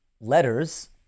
letters